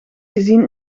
gezien